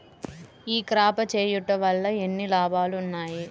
ఈ క్రాప చేయుట వల్ల ఎన్ని లాభాలు ఉన్నాయి?